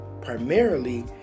primarily